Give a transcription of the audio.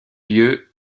lieu